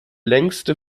längste